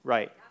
Right